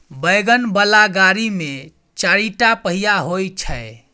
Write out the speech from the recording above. wagon बला गाड़ी मे चारिटा पहिया होइ छै